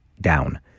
down